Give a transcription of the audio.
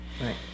Right